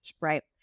right